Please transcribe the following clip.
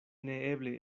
neeble